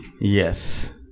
Yes